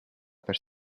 per